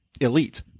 elite